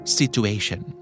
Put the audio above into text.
situation